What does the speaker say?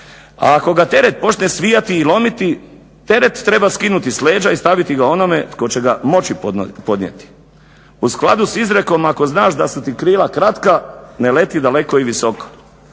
A ako ga teret počne svijati i lomiti, teret treba skinuti s leža i staviti ga onome tko će ga moći podnijeti. U skladu s izrekom: "Ako znaš da su ti krila kratka ne leti daleko i visoko.".